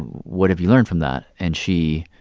what have you learned from that? and she